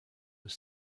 was